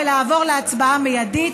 לעבור להצבעה מיידית.